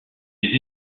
des